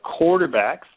quarterbacks